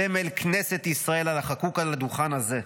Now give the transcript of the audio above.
סמל כנסת ישראל החקוק על הדוכן הזה.